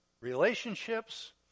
relationships